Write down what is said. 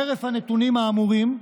חרף הנתונים האמורים,